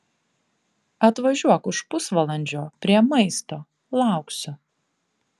atvažiuok už pusvalandžio prie maisto lauksiu